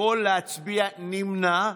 יכול להצביע נמנע,